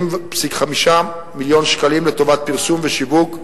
20.5 מיליון שקלים לטובת פרסום ושיווק,